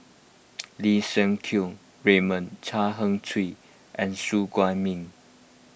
Lim Siang Keat Raymond Chan Heng Chee and Su Guaning